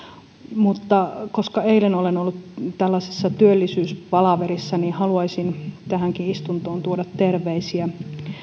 mutta koska eilen olen ollut tällaisessa työllisyyspalaverissa niin haluaisin tähänkin istuntoon tuoda terveisiä